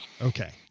Okay